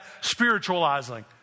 spiritualizing